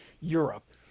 Europe